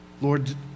Lord